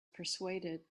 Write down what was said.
persuaded